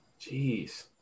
Jeez